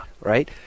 Right